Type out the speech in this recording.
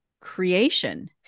creation